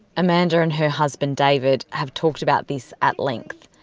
amanda and her husband david have talked about this at length.